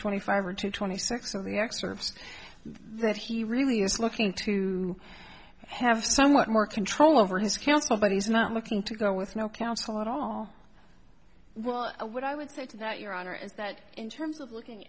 twenty five or two twenty six of the excerpts that he really is looking to have somewhat more control over his counsel but he's not looking to go with no counsel at all well what i would say to that your honor is that in terms of looking